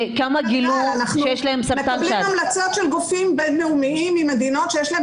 אנחנו מקבלים המלצות של גופים בינלאומיים ממדינות שיש להן